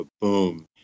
boom